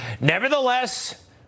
Nevertheless